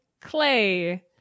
clay